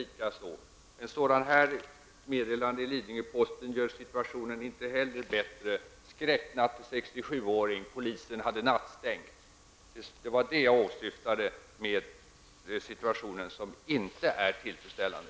Ett meddelande av detta slag i Lidingöposten gör inte situationen bättre: ''Skräcknatt för 67-åring. Polisen hade nattstängt.'' Det är sådant jag åsyftar med att situationen inte är tillfredsställande.